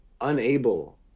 unable